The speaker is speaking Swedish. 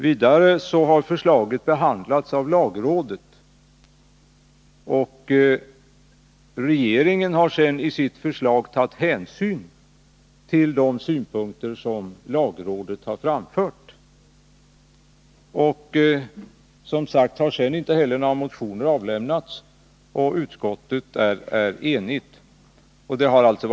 Vidare har förslaget behandlats av lagrådet, och regeringen har sedan i sitt förslag tagit hänsyn till de synpunkter som lagrådet framfört. Några motioner har sedan inte avlämnats, och utskottet är enigt. Allt detta — inkl.